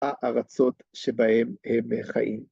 ‫הארצות שבהן הם חיים.